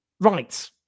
Right